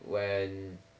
when